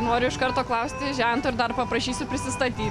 noriu iš karto klausti žento ir dar paprašysiu prisistatyt